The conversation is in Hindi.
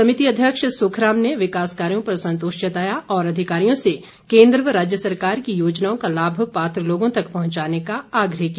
समिति अध्यक्ष सुखराम ने विकास कार्यों पर संतोष जताया और अधिकारियों से केन्द्र व राज्य सरकार की योजनाओं का लाभ पात्र लोगों तक पहुंचाने का आग्रह किया